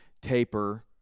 taper